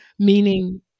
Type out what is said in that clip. Meaning